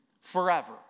forever